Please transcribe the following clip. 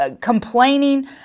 complaining